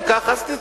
אם כך,